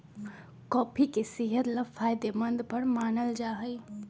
coffee के सेहत ला फायदेमंद पर मानल जाहई